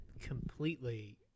completely